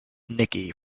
nicky